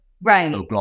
Right